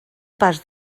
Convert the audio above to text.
pas